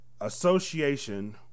association